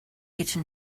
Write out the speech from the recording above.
gyda